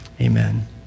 Amen